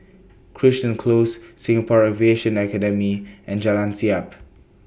Crichton Close Singapore Aviation Academy and Jalan Siap